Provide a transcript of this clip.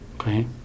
Okay